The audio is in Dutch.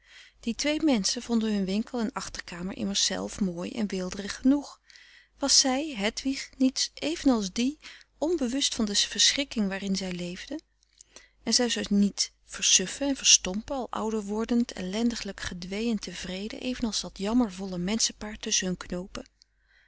die twee menschen vonden hun winkel en achterkamer immers zelf mooi en weelderig genoeg was zij hedwig niet evenals die onbewust van de verschrikking waarin zij leefde en zou zij niet versuffen en verstompen al ouder wordend ellendiglijk gedwee en tevreden evenals dat jammervolle menschenpaar tusschen hun knoopen